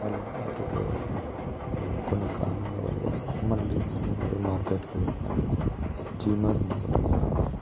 hello auto driver నేను కొన్ని కారణాల వల్ల మళ్ళీ మందమర్రి మార్కెట్కు వెళ్ళాను డీమార్ట్ ముందట ఉన్నాను